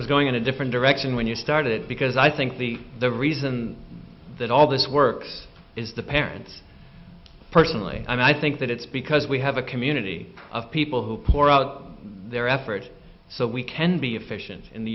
was going in a different direction when you started because i think the the reason that all this work is the parents personally i think that it's because we have a community of people who pour out their effort so we can be efficient in the